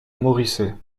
moricet